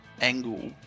angle